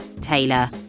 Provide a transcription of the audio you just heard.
Taylor